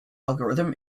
algorithm